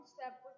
step